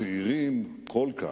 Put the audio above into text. צעירים כל כך,